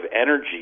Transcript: energy